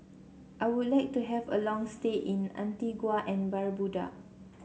I would like to have a long stay in Antigua and Barbuda